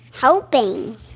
helping